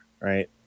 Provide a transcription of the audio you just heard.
right